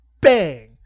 bang